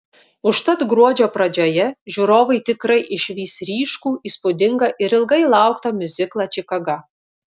užtat gruodžio pradžioje žiūrovai tikrai išvys ryškų įspūdingą ir ilgai lauktą miuziklą čikaga